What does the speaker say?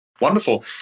Wonderful